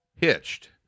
Hitched